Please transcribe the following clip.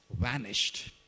vanished